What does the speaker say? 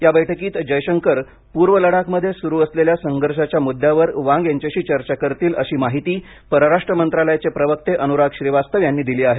या बैठकीत जयशंकर पूर्व लडाखमध्ये सुरू असलेल्या संघर्षाच्या मुद्यावर वांग यांच्याशी चर्चा करतील अशी माहिती परराष्ट्र मंत्रालयाचे प्रवक्ते अनुराग श्रीवास्तव यांनी दिली आहे